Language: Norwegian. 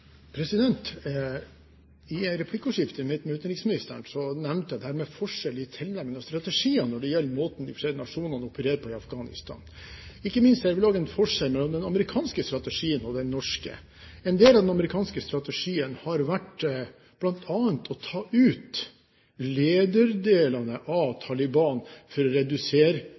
I replikkordskiftet med utenriksministeren nevnte jeg dette med forskjell i tilnærming av strategier når det gjelder måten de forskjellige nasjonene opererer på i Afghanistan. Ikke minst ser vi en forskjell mellom den amerikanske strategien og den norske strategien. En del av den amerikanske strategien har vært bl.a. å ta ut lederdelene av Taliban for å redusere